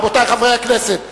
רבותי חברי הכנסת,